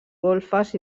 golfes